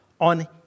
on